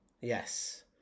Yes